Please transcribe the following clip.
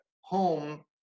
home